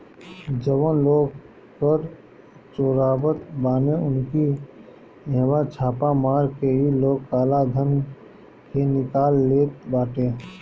जवन लोग कर चोरावत बाने उनकी इहवा छापा मार के इ लोग काला धन के निकाल लेत बाटे